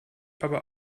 aber